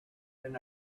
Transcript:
been